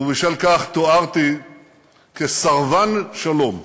ובשל כך תוארתי כסרבן שלום.